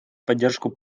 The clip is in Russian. поддержку